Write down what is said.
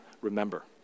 remember